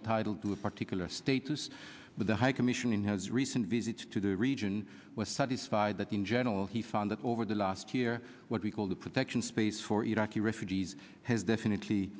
entitle to a particular status but the high commission in his recent visits to the region was satisfied that in general he found that over the last year what we call the protection space for iraqi refugees has definitely